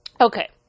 okay